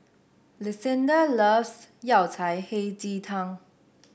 Lucinda loves Yao Cai Hei Ji Tang